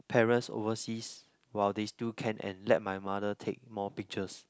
parents overseas while they still can and let my mother take more pictures